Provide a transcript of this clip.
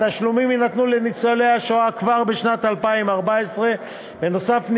והתשלומים יינתנו לניצולי השואה כבר בשנת 2014. בנוסף,